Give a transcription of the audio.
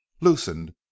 loosened